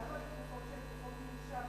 למה בתרופות שהן תרופות מרשם,